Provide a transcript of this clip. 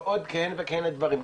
ועוד כהנה וכהנה דברים.